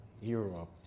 Europe